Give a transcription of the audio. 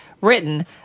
written